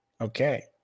Okay